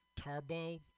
Tarbo